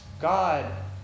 God